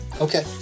Okay